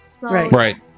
right